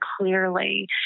clearly